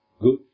good